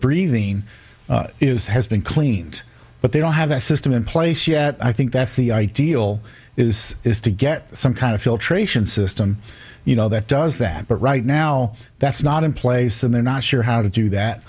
breathing is has been cleaned but they don't have a system in place yet i think that's the ideal is is to get some kind of filtration system you know that does that but right now that's not in place and they're not sure how to do that